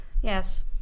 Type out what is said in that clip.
Yes